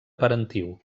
parentiu